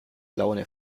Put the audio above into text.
laune